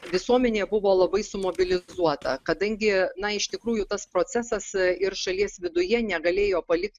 visuomenė buvo labai sumobilizuota kadangi na iš tikrųjų tas procesas ir šalies viduje negalėjo palikt